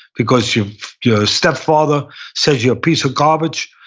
because your your stepfather says you're a piece of garbage,